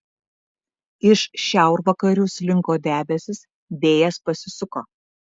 iš šiaurvakarių slinko debesys vėjas pasisuko